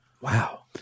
Wow